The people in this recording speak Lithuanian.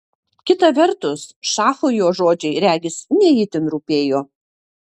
kita vertus šachui jo žodžiai regis ne itin rūpėjo